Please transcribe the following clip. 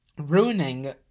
ruining